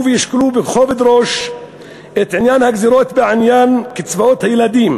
וישקלו בכובד ראש את הגזירות בעניין קצבאות הילדים